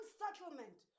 settlement